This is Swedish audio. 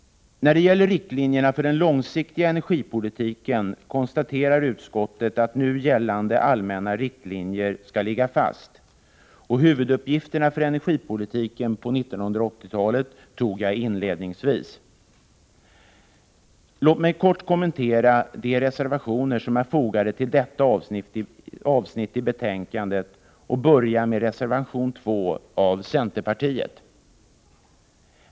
När det gäller riktlinjerna för den långsiktiga energipolitiken konstaterar utskottet att nu gällande allmänna riktlinjer skall ligga fast. Huvuduppgifterna för energipolitiken på 1980-talet redogjorde jag för inledningsvis. Låt mig kort kommentera de reservationer som är fogade till detta avsnitt av betänkandet. Jag börjar med reservation 2 av centerpartiet.